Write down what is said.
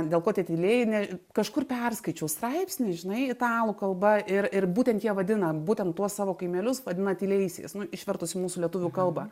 dėl ko tie tylieji ne kažkur perskaičiau straipsnį žinai italų kalba ir ir būtent jie vadina būtent tuos savo kaimelius vadina tyliaisiais nu išvertus į mūsų lietuvių kalbą